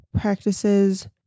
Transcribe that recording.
practices